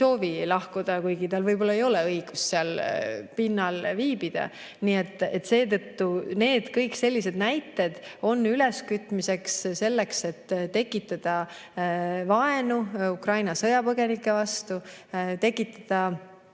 soovi lahkuda, kuigi tal võib-olla ei ole õigust sel pinnal viibida. Nii et seetõttu kõik sellised väited on [inimeste] üleskütmiseks, et tekitada vaenu Ukraina sõjapõgenike vastu, tekitada